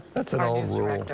that's an old rule.